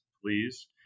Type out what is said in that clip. please